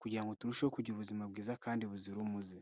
kugirango turusheho kugira ubuzima bwiza kandi buzira umuze.